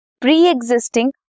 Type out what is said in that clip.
pre-existing